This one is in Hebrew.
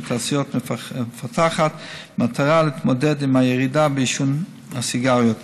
שהתעשייה מפתחת במטרה להתמודד עם הירידה בעישון הסיגריות.